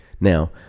Now